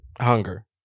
hunger